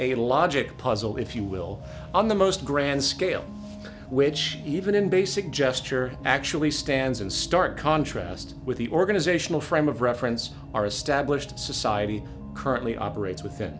the puzzle if you will on the most grand scale which even in basic gesture actually stands in stark contrast with the organizational frame of reference our established society currently operates with